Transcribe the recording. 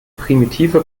primitive